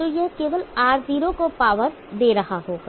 तो यह केवल R0 को पावर दे रहा होगा